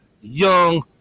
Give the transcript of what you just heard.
Young